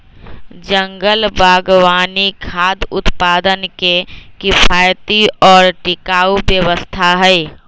जंगल बागवानी खाद्य उत्पादन के किफायती और टिकाऊ व्यवस्था हई